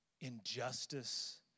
injustice